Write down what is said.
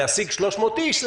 להעסיק 300 איש,